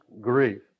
grief